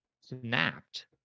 Snapped